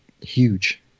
huge